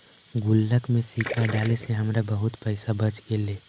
गुल्लक में सिक्का डाले से हमरा बहुत पइसा बच गेले